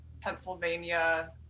Pennsylvania